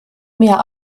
mehr